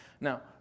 Now